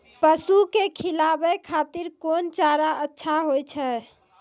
पसु के खिलाबै खातिर कोन चारा अच्छा होय छै?